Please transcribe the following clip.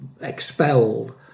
expelled